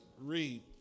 Read